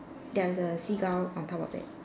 there's a seagull on top of it